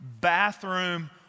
bathroom